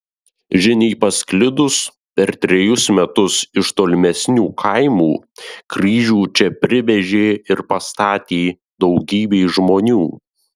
žiniai pasklidus per trejus metus iš tolimesnių kaimų kryžių čia privežė ir pastatė daugybė žmonių